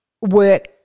work